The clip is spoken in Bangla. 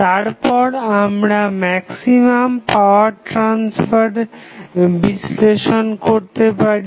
তারপর আমরা ম্যাক্সিমাম পাওয়ার ট্রাসফার বিশ্লেষণ করতে পারি